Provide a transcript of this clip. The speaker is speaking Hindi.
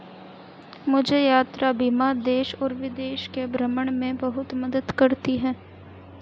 मुझे यात्रा बीमा देश और विदेश के भ्रमण में बहुत मदद करती है